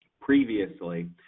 Previously